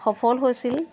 সফল হৈছিল